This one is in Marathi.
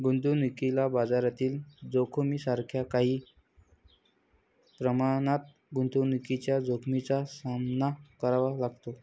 गुंतवणुकीला बाजारातील जोखमीसारख्या काही प्रमाणात गुंतवणुकीच्या जोखमीचा सामना करावा लागतो